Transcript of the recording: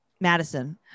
Madison